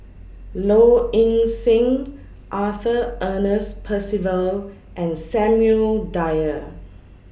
Low Ing Sing Arthur Ernest Percival and Samuel Dyer